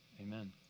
Amen